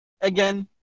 again